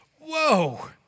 Whoa